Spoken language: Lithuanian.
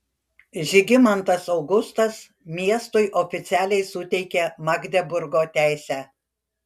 žygimantas augustas miestui oficialiai suteikė magdeburgo teisę